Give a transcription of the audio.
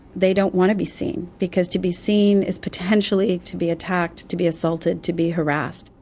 they don't want to be seen, because to be seen is potentially to be attacked, to be assaulted, to be harassed,